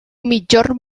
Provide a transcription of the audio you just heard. migjorn